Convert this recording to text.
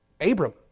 Abram